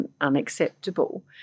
unacceptable